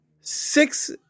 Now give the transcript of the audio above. six